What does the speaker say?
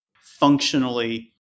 functionally